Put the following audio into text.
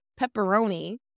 Pepperoni